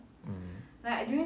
mm